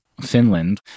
Finland